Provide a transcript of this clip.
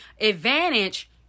advantage